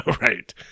Right